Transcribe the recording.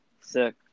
Sick